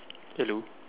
hello